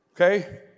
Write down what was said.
Okay